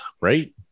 right